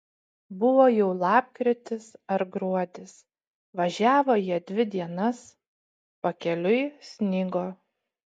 buvo jau lapkritis ar gruodis važiavo jie dvi dienas pakeliui snigo